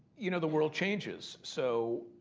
you know, the world changes. so,